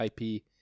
IP